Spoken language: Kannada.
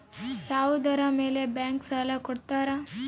ಯಾವುದರ ಮೇಲೆ ಬ್ಯಾಂಕ್ ಸಾಲ ಕೊಡ್ತಾರ?